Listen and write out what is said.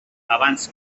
abans